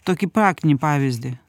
tokį praktinį pavyzdį